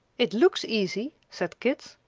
it looks easy, said kit.